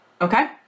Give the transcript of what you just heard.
okay